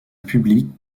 public